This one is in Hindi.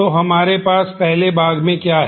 तो हमारे पास पहले भाग में क्या है